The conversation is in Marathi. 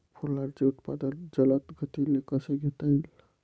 फुलांचे उत्पादन जलद गतीने कसे घेता येईल?